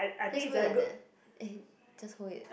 just hold it like that eh just hold it